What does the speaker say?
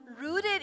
rooted